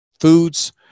foods